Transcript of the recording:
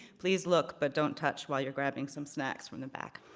please look but don't touch while you're grabbing some snacks from the back.